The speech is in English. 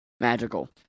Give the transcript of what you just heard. magical